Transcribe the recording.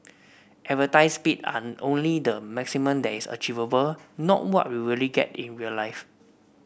advertised speed are only the maximum that is achievable not what you really get in real life